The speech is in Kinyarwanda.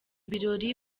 birori